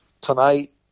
Tonight